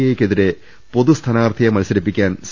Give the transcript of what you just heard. എക്കെതിരെ പൊതുസ്ഥാനാർത്ഥിയെ മത്സരിപ്പിക്കാൻ സി